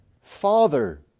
Father